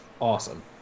awesome